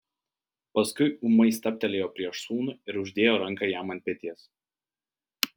paskui ūmai stabtelėjo prieš sūnų ir uždėjo ranką jam ant peties